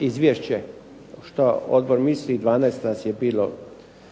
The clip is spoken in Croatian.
izvješće što odbor misli. 12 nas je bilo